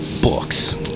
Books